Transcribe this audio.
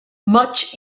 much